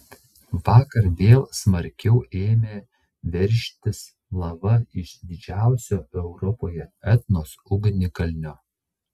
vakar vėl smarkiau ėmė veržtis lava iš didžiausio europoje etnos ugnikalnio